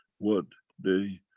what they.